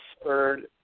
spurred